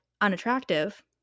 unattractive